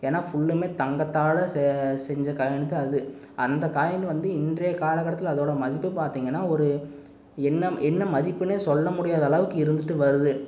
ஏன்னா ஃபுல்லுமே தங்கத்தால் சே செஞ்ச காயினுங்க அது அந்த காயின் வந்து இன்றைய காலக்கட்டத்தில் அதோடய மதிப்பு பார்த்தீங்கனா ஒரு என்ன என்ன மதிப்புன்னே சொல்ல முடியாத அளவுக்கு இருந்துகிட்டு வருது